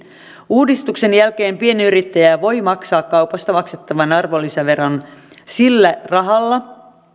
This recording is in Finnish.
uudistuksen jälkeen pienyrittäjä voi maksaa kaupasta maksettavan arvonlisäveron sillä rahalla